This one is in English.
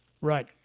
Right